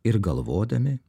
ir galvodami